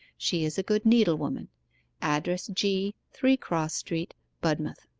she is a good needle-woman address g, three cross street, budmouth